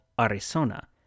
Arizona